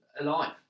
alive